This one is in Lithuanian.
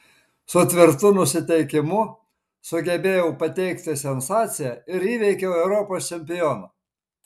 su tvirtu nusiteikimu sugebėjau pateikti sensaciją ir įveikiau europos čempioną